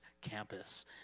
campus